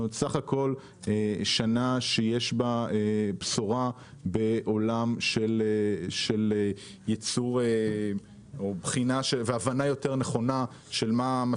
בסך הכל זו שנה שיש בה בשורה בעולם של בחינה והבנה של מצב